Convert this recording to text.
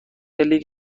لیگ